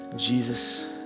Jesus